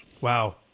Wow